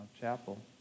Chapel